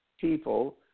people